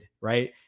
right